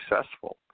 successful